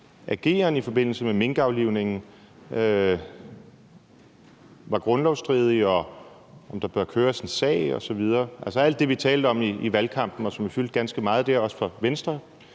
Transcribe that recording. ageren i forbindelse med minkaflivningen var grundlovsstridig, og om der bør køres en sag osv., altså alt det, vi talte om i valgkampen, og som fyldte ganske meget. Det gjorde det